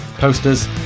posters